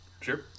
Sure